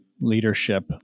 Leadership